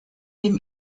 dem